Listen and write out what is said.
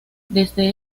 desde